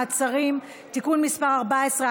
מעצרים) (תיקון מס' 14),